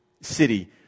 city